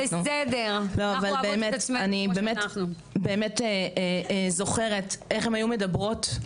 אני באמת זוכרת איך הן היו מדברות,